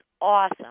awesome